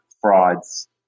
frauds